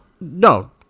no